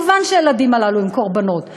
מובן שהילדים הללו הם קורבנות,